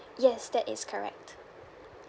yes that is correct